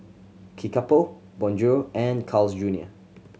Kickapoo Bonjour and Carl's Junior